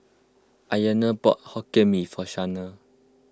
Iona bought Hokkien Mee for Shanae